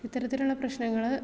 ഇത്തരത്തിലുള്ള പ്രശ്നങ്ങള്